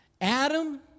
Adam